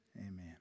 Amen